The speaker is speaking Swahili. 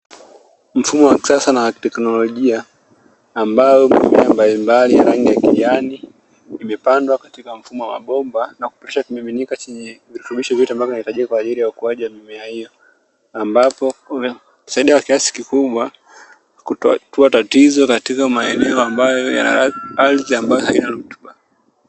Mfumo mpya wa kilimo na teknolojia ambao mimea mbali mbali aina ya kijani imepandwa katika mfumo wa bomba na kupitisha kimiminika chenye virutubisho vyote ambavyo vinahitajika kwa ajili ya ukuaji wa mimea hiyo. Ambao umesaidia kwa kiasi kikubwa kutatua tatizo katika maeneo ambayo yana ardhi ambayo haina rutuba.